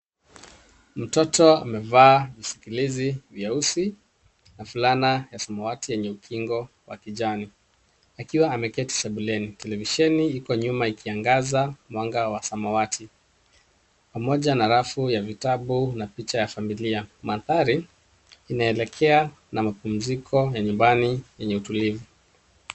Mtoto amevaa visikilizi vyeusi na fulana ya samawati yenye ukingo wa kijani akiwa ameketi sebuleni. Televisheni iko nyuma ikiangaza mwanga wa samawati pamoja na rafu ya vitabu na picha ya familia. Mandhari inaelekea na mapumziko ya nyumbani yenye utulivu.